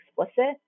explicit